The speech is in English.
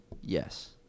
Yes